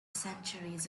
centuries